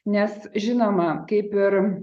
nes žinoma kaip ir